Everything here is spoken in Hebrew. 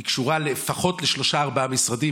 היא קשורה לפחות לשלושה-ארבעה משרדים.